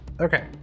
Okay